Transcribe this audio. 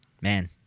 man